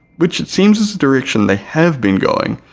which it seems is the direction they have been going,